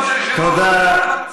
כבוד היושב-ראש,